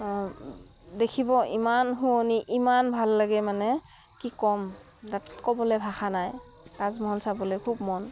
দেখিব ইমান শুৱনি ইমান ভাল লাগে মানে কি ক'ম তাত ক'বলৈ ভাষা নাই তাজমহল চাবলৈ খুব মন